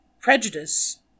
prejudice